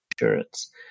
insurance